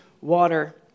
water